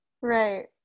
Right